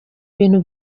bintu